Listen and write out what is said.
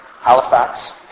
Halifax